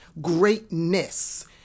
greatness